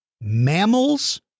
Mammals